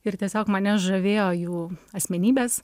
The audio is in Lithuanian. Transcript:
ir tiesiog mane žavėjo jų asmenybės